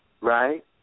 Right